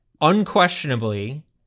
Unquestionably